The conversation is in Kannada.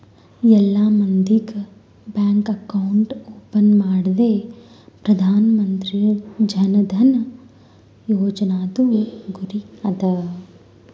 ಎಲ್ಲಾ ಮಂದಿಗ್ ಬ್ಯಾಂಕ್ ಅಕೌಂಟ್ ಓಪನ್ ಮಾಡದೆ ಪ್ರಧಾನ್ ಮಂತ್ರಿ ಜನ್ ಧನ ಯೋಜನಾದು ಗುರಿ ಅದ